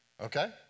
Okay